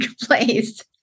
place